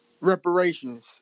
reparations